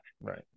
right